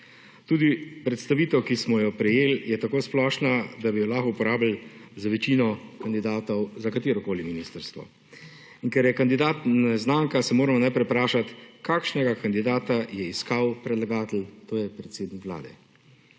Tudi predstavitev, ki smo jo prejeli, je tako splošna, da bi jo lahko uporabili za večino kandidatov za katerokoli ministrstvo. In ker je kandidat neznanka se moramo najprej vprašati kakšnega kandidata je iskal predlagatelj, to je predsednik Vlade.